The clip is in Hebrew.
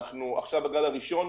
עכשיו אנחנו בגל הראשון,